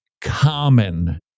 common